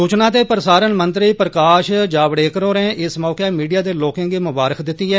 सूचना ते प्रसारण मंत्री प्रकाश जावड़ेकर होरें इस मौके मीड़िया दे लोकें गी मुबारक दित्ती ऐ